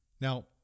Now